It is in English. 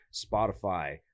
Spotify